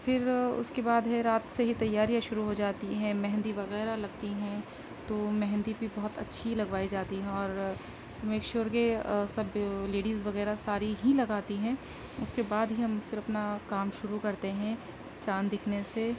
پھر اس کے بعد ہے رات سے ہی تیاریاں شروع ہو جاتی ہیں مہندی وغیرہ لگتی ہیں تو مہندی بھی بہت اچھی لگوائی جاتی ہے اور میک شیور کہ سب لیڈیز وغیرہ ساری ہی لگاتی ہیں اس کے بعد ہی ہم پھر اپنا کام شروع کرتے ہیں چاند دکھنے سے